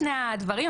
שני הדברים,